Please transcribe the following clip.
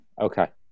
Okay